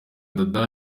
dada